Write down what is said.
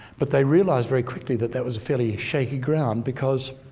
but they realised very quickly that that was a fairly shaky ground because